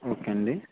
okay అండీ